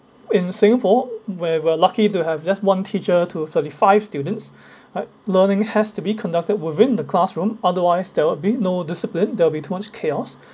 in singapore where we're lucky to have just one teacher to thirty-five students right learning has to be conducted within the classroom otherwise there will be no discipline there will be chaos